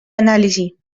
anàlisi